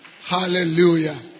Hallelujah